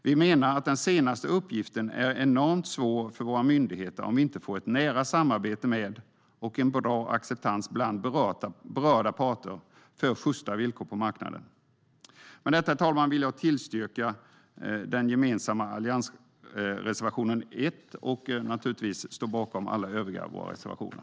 Vi menar att den senare uppgiften är enormt svår för våra myndigheter om vi inte får ett nära samarbete med och en bra acceptans bland berörda parter för sjysta villkor på marknaden. Herr talman! Med detta yrkar jag bifall till den gemensamma alliansreservationen 1. Naturligtvis står jag bakom alla våra övriga reservationer.